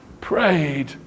prayed